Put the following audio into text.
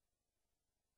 זה לא דבר אמיתי,